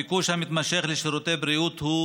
הביקוש המתמשך לשירותי בריאות הוא